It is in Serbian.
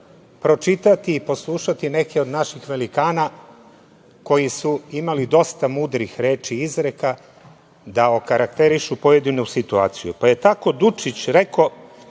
pročitati i poslušati neko od naših velikana koji su imali dosta mudrih reči i izreka da okarakterišu pojedinu situaciju. Tako je Dučić rekao